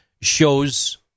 shows